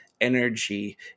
energy